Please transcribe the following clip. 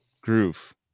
groove